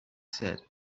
said